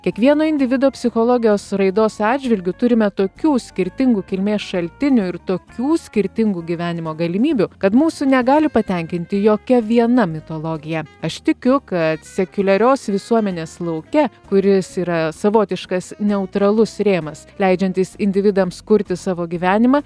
kiekvieno individo psichologijos raidos atžvilgiu turime tokių skirtingų kilmės šaltinių ir tokių skirtingų gyvenimo galimybių kad mūsų negali patenkinti jokia viena mitologija aš tikiu kad sekuliarios visuomenės lauke kuris yra savotiškas neutralus rėmas leidžiantis individams kurti savo gyvenimą